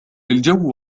الجو